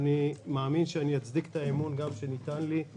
אני מאמין שאצדיק את האמון שניתן לי.